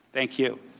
thank you,